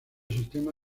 sistema